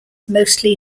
mostly